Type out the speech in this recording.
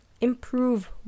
Improve